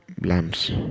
lamps